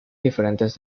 diferentes